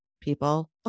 people